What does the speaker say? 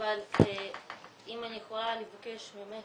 אבל אם אני יכולה לבקש ממך,